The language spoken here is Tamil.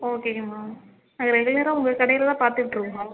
ஓகேங்க மேம் நாங்கள் ரெகுலராக உங்கள் கடையில் தான் பார்த்துட்ருந்தோம்